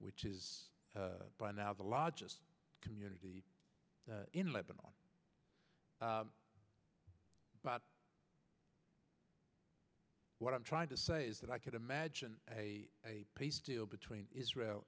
which is by now the largest community in lebanon but what i'm trying to say is that i could imagine a peace deal between israel